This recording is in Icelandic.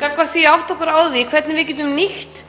gagnvart því að átta okkur á því hvernig við getum nýtt